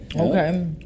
Okay